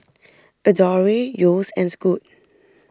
Adore Yeo's and Scoot